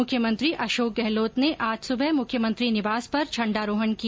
मुख्यमंत्री अशोक गहलोत ने आज सुबह मुख्यमंत्री निवास े पर झण्डारोहण किया